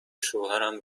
شوهرم